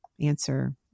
answer